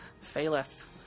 Faileth